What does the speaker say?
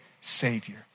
Savior